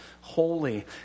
holy